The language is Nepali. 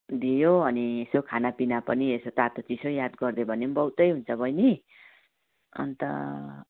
दियो अनि यसो खानापिना पनि यसो तातो चिसो याद गरिदियो भने पनि बहुतै हुन्छ बैनी अन्त